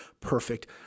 perfect